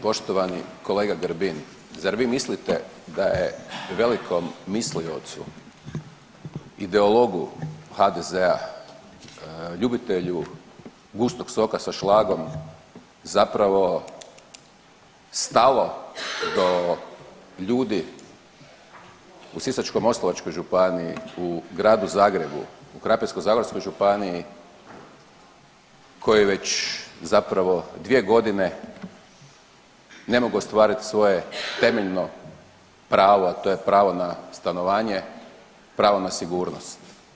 Poštovani kolega Grbin, zar vi mislite da je velikom misliocu, ideologu HDZ-a, ljubitelju gustog soka sa šlagom zapravo stalo do ljudi u Sisačko-moslavačkoj županiji, u Gradu Zagrebu, u Krapinsko-zagorskoj županiji koji već zapravo 2 godine ne mogu ostvariti svoje temeljno pravo, a to je pravo na stanovanje, pravo na sigurnost.